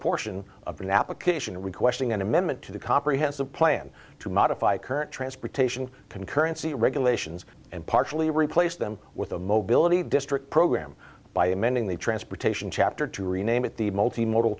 portion of an application requesting an amendment to the comprehensive plan to modify current transportation concurrency regulations and partially replace them with a mobility district program by amending the transportation chapter to rename it the multi mod